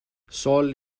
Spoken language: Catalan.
sol